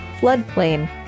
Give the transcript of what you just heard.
floodplain